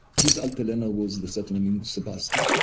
his altalena was the settlement in sebastia,